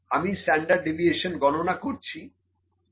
আমি standard deviation গণনা করছি এটা 002